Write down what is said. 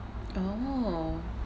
oh